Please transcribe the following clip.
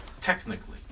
technically